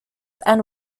and